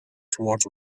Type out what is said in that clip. towards